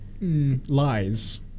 Lies